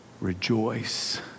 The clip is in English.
rejoice